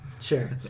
Sure